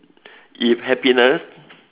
if happiness